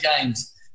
games